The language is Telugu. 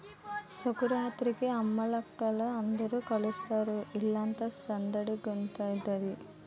సంకురాత్రికి అమ్మలక్కల అందరూ కలుస్తారు ఇల్లంతా సందడిగుంతాది